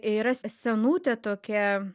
yra s senutė tokia